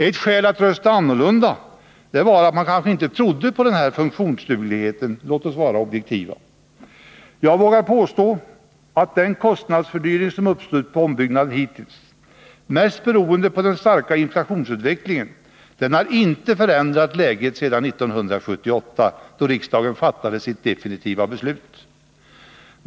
Ett skäl att rösta annorlunda var att man kanske inte trodde på funktionsdugligheten. Jag vågar påstå att den kostnadsfördyring som hittills uppstått på ombyggnaden, mest beroende på den starka inflationsutvecklingen, inte har förändrat läget sedan 1978, då riksdagen fattade sitt definitiva beslut.